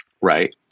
right